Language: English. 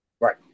Right